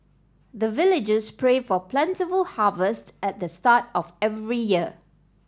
the villagers pray for plentiful harvest at the start of every year